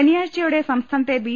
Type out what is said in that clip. ശനിയാഴ്ചയോടെ സംസ്ഥാനത്തെ ബി